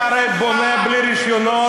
אתה הרי בונה בלי רישיונות.